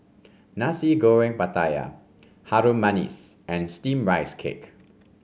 Nasi Goreng Pattaya Harum Manis and steamed Rice Cake